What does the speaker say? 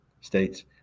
states